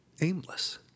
aimless